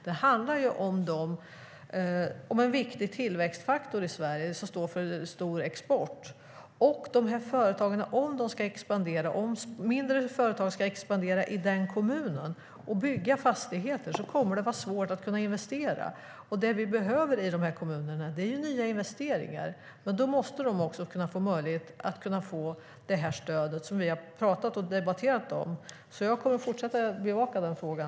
Det handlar om en viktig tillväxtfaktor i Sverige som står för en stor export. Om mindre företag ska expandera i kommunen och bygga fastigheter kommer det att vara svårt att kunna investera. Det vi behöver i kommunerna är nya investeringar. Men då måste de också kunna få möjlighet att få stödet som vi har pratat och debatterat om. Jag kommer att fortsätta att bevaka den frågan.